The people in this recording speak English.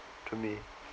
to me